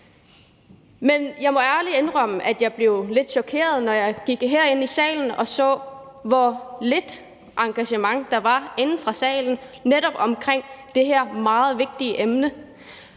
Men jeg må ærligt indrømme, at jeg blev lidt chokeret, da jeg gik herind i salen og så, hvor lidt engagement der var inde fra salen netop omkring det her meget vigtige emne.